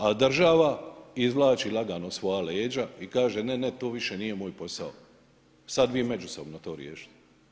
A država izvlači lagano svoja leđa i kaže – ne, ne to nije moj posao, sad vi međusobno to riješite.